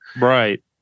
Right